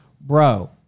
bro